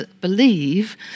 believe